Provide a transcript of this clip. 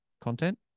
content